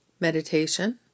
meditation